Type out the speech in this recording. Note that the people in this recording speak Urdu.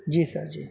جی سر جی